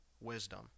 wisdom